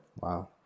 Wow